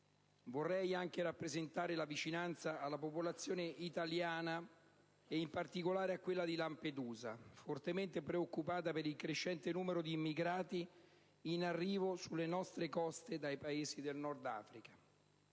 Vorrei anche rappresentare la vicinanza alla popolazione italiana e in particolare a quella di Lampedusa, fortemente preoccupata per il crescente numero di immigrati in arrivo sulle nostre coste dai Paesi del Nord Africa.